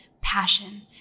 passion